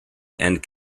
and